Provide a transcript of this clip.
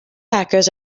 hackers